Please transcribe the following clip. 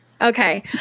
Okay